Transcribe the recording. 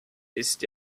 ist